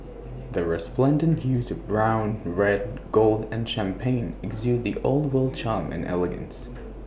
the resplendent hues of brown red gold and champagne exude the old world charm and elegance